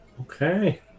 Okay